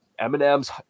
Eminem's